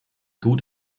gut